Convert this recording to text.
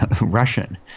Russian